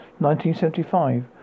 1975